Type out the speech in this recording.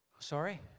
Sorry